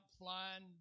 flying